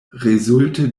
rezulte